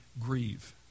grieve